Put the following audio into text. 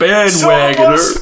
Bandwagoner